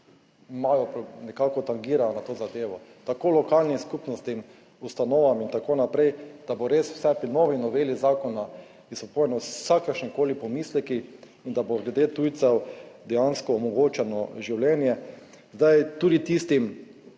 imajo, nekako tangirajo na to zadevo: tako lokalnim skupnostim, ustanovam in tako naprej, da bo res vse pri novi noveli zakona, ki so polno s kakršnimikoli pomisleki in da bo glede tujcev dejansko omogočeno življenje. Zdaj tudi tistim,